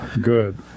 Good